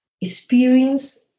experience